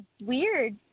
weird